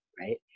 Right